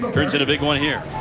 but there's been a big one here.